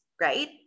right